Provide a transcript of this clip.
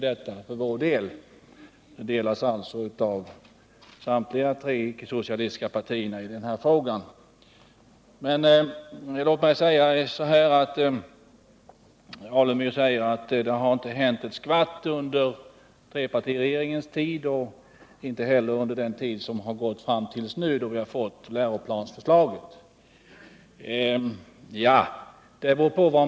Den uppfattningen delas alltså av samtliga tre icke-socialistiska partier. Stig Alemyr säger att det inte har hänt ett skvatt på skolans område under trepartiregeringens tid och inte heller under den tid som har gått fram till nu, då vi har fått läroplansförslaget.